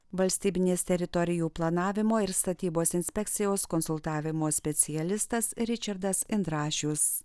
valstybinės teritorijų planavimo ir statybos inspekcijos konsultavimo specialistas ričardas indrašius